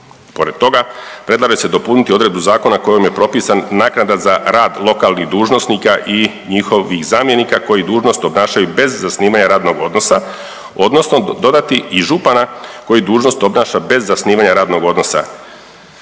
Pored toga, predlaže se dopuniti odredbu zakona kojom je propisan naknada za rad lokalnih dužnosnika i njihovih zamjenika koji dužnost obnašaju bez zasnivanja radnog odnosa, odnosno dodati i župana koji dužnost obnaša bez zasnivanja radnog odnosa